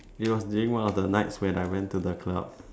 it was during one of the nights when I went to the club